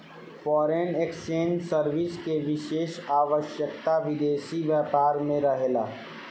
foreign exchange service के विशेष आवश्यकता विदेशी व्यापार में रहेला